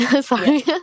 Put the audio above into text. Sorry